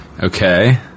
Okay